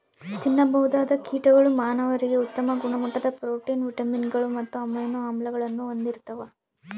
ತಿನ್ನಬಹುದಾದ ಕೀಟಗಳು ಮಾನವರಿಗೆ ಉತ್ತಮ ಗುಣಮಟ್ಟದ ಪ್ರೋಟೀನ್, ವಿಟಮಿನ್ಗಳು ಮತ್ತು ಅಮೈನೋ ಆಮ್ಲಗಳನ್ನು ಹೊಂದಿರ್ತವ